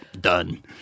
done